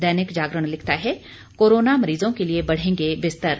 दैनिक जागरण लिखता है कोरोना मरीजों के लिए बढ़ेंगे बिस्तर